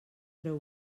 treu